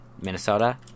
Minnesota